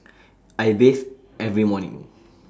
I bathe every morning